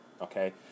okay